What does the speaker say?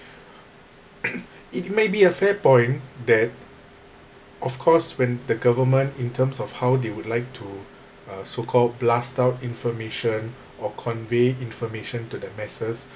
it may be a fair point that of course when the government in terms of how they would like to uh so called blast out information or convey information to the masses